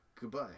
Goodbye